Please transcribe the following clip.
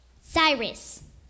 Cyrus